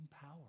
power